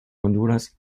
honduras